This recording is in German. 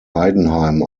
heidenheim